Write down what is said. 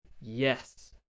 yes